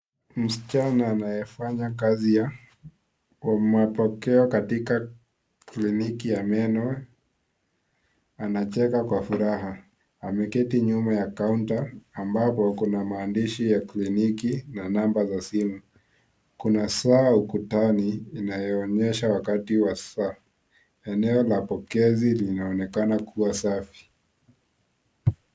Msichana anayefanya kazi ya mapokeo katika kliniki ya meno ,anacheka kwa furaha . Ameketi nyuma ya kaunta ambapo kuna maandishi ya kliniki na namba za simu. Kuna Saa ukutani inayoonyesha wakati wa saa. Eneo la pokezi linaonekana kuwa safi.